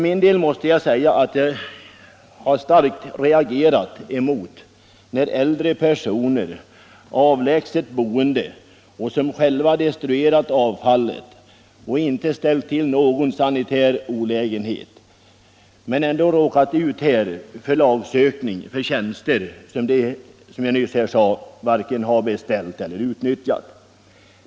Jag måste säga att jag har reagerat starkt, när avlägset boende äldre personer, som själva har destruerat avfallet och inte ställt till någon sanitär olägenhet, har råkat ut för lagsökning för tjänster som de — som jag nyss sade — varken har beställt eller utnyttjat.